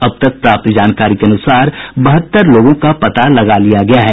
अब तक प्राप्त जानकारी के अनुसार बहत्तर लोगों का पता लगा लिया गया है